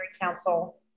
council